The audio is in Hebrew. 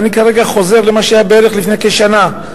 ואני כרגע חוזר למה שהיה לפני כשנה,